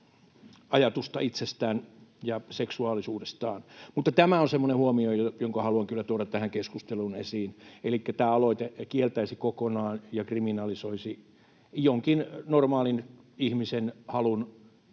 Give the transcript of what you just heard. ajatusta itsestään ja seksuaalisuudestaan. Tämä on semmoinen huomio, jonka haluan kyllä tuoda tässä keskustelussa esiin. Elikkä tämä aloite kieltäisi kokonaan ja kriminalisoisi jonkun normaalin ihmisen halun